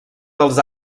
dels